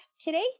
today